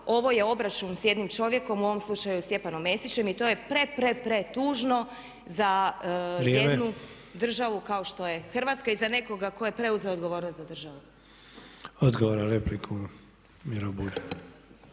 ovo je obračun s jednim čovjekom u ovom slučaju Stjepanom Mesićem i to je pre, pre, pretužno za jednu državu kao što je Hrvatska i za nekoga tko je preuzeo odgovornost za državu. **Sanader, Ante